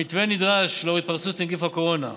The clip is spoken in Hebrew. המתווה נדרש לנוכח התפרצות נגיף הקורונה.